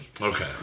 Okay